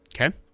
Okay